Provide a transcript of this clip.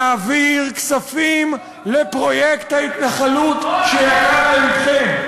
להעביר כספים לפרויקט ההתנחלות שיקר ללבכם.